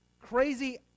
crazy